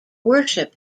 worship